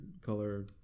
color